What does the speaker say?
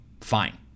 fine